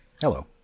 Hello